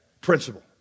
principle